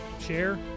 share